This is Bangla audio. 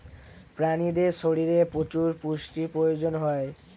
প্রাণীদের শরীরে প্রচুর পুষ্টির প্রয়োজন হয়